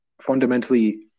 fundamentally